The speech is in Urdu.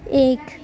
ایک